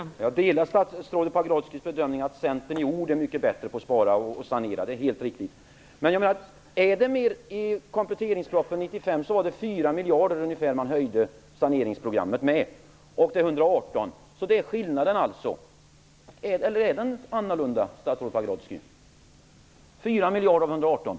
Fru talman! Jag delar statsrådet Pagrotskys bedömning att Centern i ord är mycket bättre på att sanera och spara. Det är helt riktigt. Men i kompletteringspropositionen 1995 gjorde de en höjning med ungefär 4 miljarder kronor i saneringsprogrammet, som nu uppgår till 118 miljarder kronor. Är det detta som är skillnaden alltså, eller är den annorlunda, statsrådet Pagrotsky?